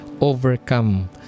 overcome